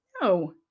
No